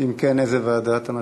אם כן, איזה ועדה אתה מציע?